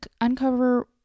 uncover